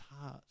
heart